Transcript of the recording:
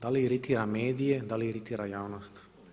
Da li iritira medije, da li iritira javnost?